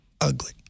ugly